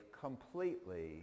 completely